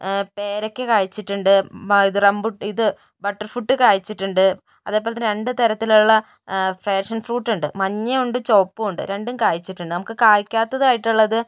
പേരയ്ക്ക കായ്ച്ചിട്ടുണ്ട് ഇത് ഇത് ബട്ടർ ഫ്രൂട്ട് കായ്ച്ചിട്ടുണ്ട് അതേപോലെതന്നെ രണ്ട് തരത്തിലുള്ള പേഷൻ ഫ്രൂട്ട് ഉണ്ട് മഞ്ഞയും ഉണ്ട് ചുവപ്പും ഉണ്ട് രണ്ടും കായ്ച്ചിട്ടുണ്ട് നമുക്ക് കായ്ക്കാത്തതായിട്ടുള്ളത്